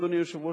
אדוני היושב-ראש,